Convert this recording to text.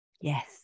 Yes